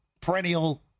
perennial